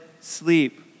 sleep